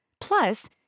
Plus